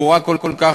ברורה כל כך,